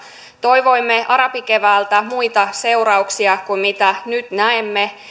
toivoimme arabikeväältä muita seurauksia kuin mitä nyt näemme